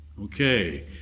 Okay